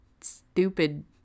stupid